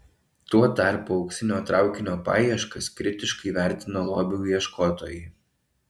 tuo tarpu auksinio traukinio paieškas kritiškai vertina lobių ieškotojai